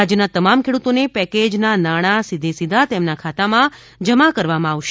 રાજયના તમામ ખેડૂતોને પેકેજ નાણા સીધિસીધા તેમના ખાતામાં જમા કરવામાં આવશે